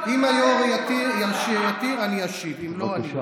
אם אתם עושים מזה קרקס, אני לא רוצה.